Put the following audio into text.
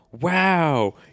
wow